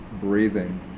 breathing